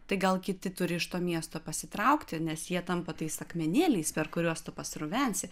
tai gal kiti turi iš to miesto pasitraukti nes jie tampa tais akmenėliais per kuriuos tu pasrovensi